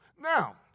Now